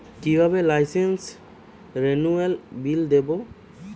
কিভাবে লাইসেন্স রেনুয়ালের বিল দেবো?